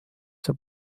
see